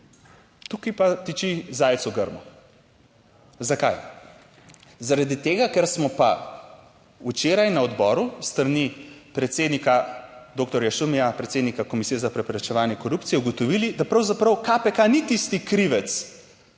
tukaj pa tiči zajec v grmu. Zakaj? Zaradi tega, ker smo pa včeraj na odboru s strani predsednika doktorja Šumija, predsednika Komisije za preprečevanje korupcije, ugotovili, da pravzaprav KPK ni tisti krivec